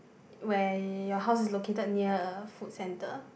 where your house is located near a food centre